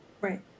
right